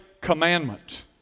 commandment